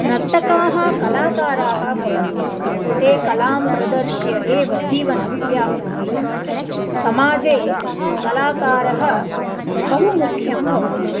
नर्तकाः कलाकाराः भवन्ति ते कलां प्रदर्श्य एव जीवनं यापयन्ति समाजे कलाकारः बहु मुख्यं भवति